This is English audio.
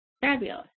Fabulous